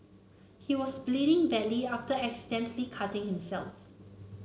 he was bleeding badly after accidentally cutting himself